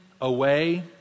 away